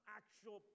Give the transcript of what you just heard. actual